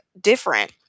different